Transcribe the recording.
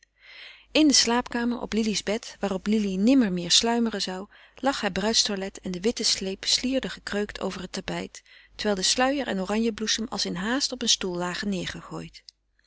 in de slaapkamer op lili's bed waarop lili nimmer meer sluimeren zou lag haar bruidstoilet en de witte sleep slierde gekreukt over het tapijt terwijl de sluier en oranjebloesem als in haast op een stoel lagen